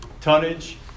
Tonnage